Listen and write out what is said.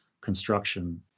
construction